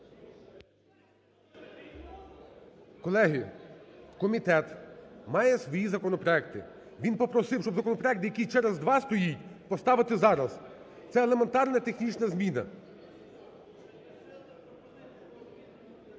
Колеги, комітет має свої законопроекти. Він попросив, щоб законопроект, який через два стоїть, поставити зараз. Це елементарна технічна зміна.